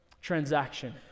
transaction